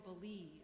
believe